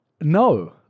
No